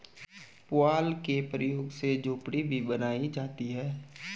पुआल के प्रयोग से झोपड़ी भी बनाई जाती है